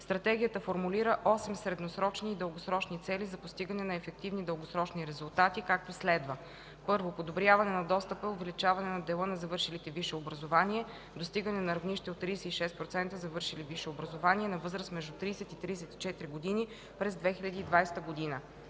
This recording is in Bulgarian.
Стратегията формулира осем средносрочни и дългосрочни цели за постигане на ефективни дългосрочни резултати, както следва: 1. Подобряване на достъпа и увеличаване на дела на завършилите висше образование (достигане на равнище от 36% завършили висше образование на възраст между 30 и 34 години през 2020 г.).